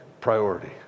priority